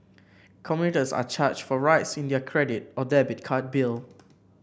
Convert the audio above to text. commuters are charged for rides in their credit or debit card bill